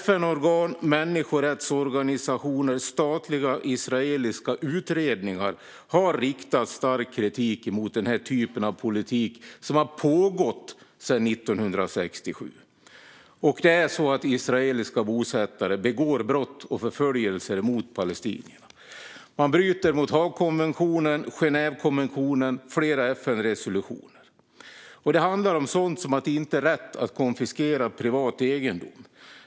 FN-organ, människorättsorganisationer och statliga israeliska utredningar har riktat stark kritik mot den här typen av politik, som har pågått sedan 1967. Israeliska bosättare begår brott och riktar förföljelser mot palestinier. Man bryter mot Haagkonventionen, Genèvekonventionen och flera FN-resolutioner. Det handlar om sådant som att det inte är rätt att konfiskera privat egendom.